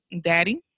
daddy